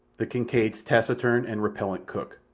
the kincaid's taciturn and repellent cook.